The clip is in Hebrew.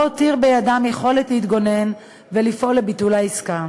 לא הותיר בידם יכולת להתגונן ולפעול לביטול העסקה.